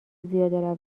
زیاده